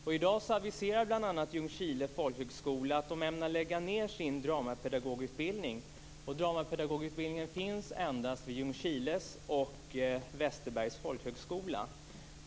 I dag aviserar bl.a. Ljungskile folkhögskola att man ämnar lägga ned sin dramapedagogutbildning. Dramapedagogutbildningen finns endast vid folkhögskolorna i Ljungskile och Västerberg.